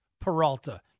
Peralta